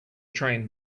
train